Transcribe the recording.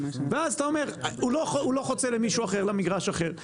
ואז אתה אומר הוא לא חוצה למישהו אחר למגרש אחר.